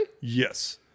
Yes